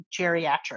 geriatric